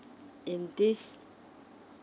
in this